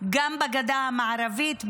גם בגדה המערבית,